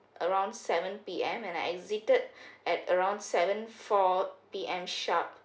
around seven P_M and I exited at around seven four P_M sharp